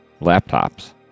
Laptops